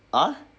ah